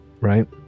Right